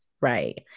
right